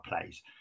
plays